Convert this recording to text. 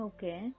Okay